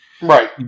Right